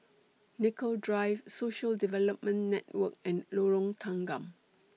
Nicoll Drive Social Development Network and Lorong Tanggam